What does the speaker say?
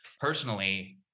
personally